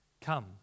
come